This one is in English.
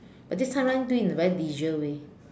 but this time round do in a very leisure way